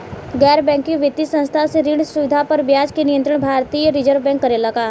गैर बैंकिंग वित्तीय संस्था से ऋण सुविधा पर ब्याज के नियंत्रण भारती य रिजर्व बैंक करे ला का?